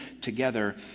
together